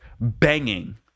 banging